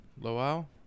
Lowell